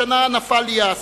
השנה נפל לי האסימון,